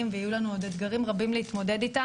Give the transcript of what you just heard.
ויהיו לנו עוד אתגרים רבים להתמודד איתם.